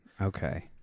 Okay